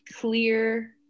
clear